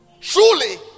Truly